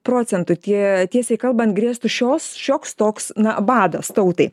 procentų tie tiesiai kalbant grėstų šios šioks toks na badas tautai